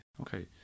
Okay